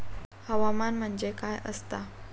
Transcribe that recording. हवामान म्हणजे काय असता?